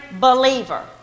believer